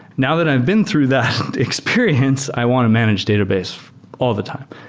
now that i've been through that experience, i want to manage database all the time.